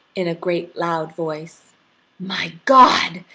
in a great loud voice my god!